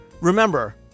remember